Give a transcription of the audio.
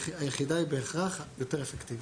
היחידה היא בהכרח יותר אפקטיבית.